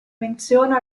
menziona